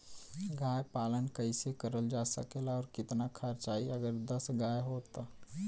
गाय पालन कइसे करल जा सकेला और कितना खर्च आई अगर दस गाय हो त?